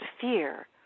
fear